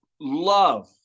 love